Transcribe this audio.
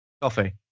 Coffee